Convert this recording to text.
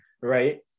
right